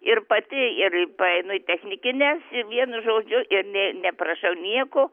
ir pati ir paeinu į technikinę vienu žodžiu ir nė neprašau nieko